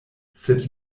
sed